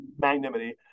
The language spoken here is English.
magnanimity